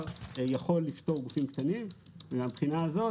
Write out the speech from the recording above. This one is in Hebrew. יכול לפטור גופים קטנים מהבחינה הזאת.